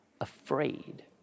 Afraid